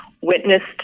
witnessed